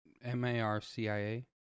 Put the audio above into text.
M-A-R-C-I-A